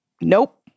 nope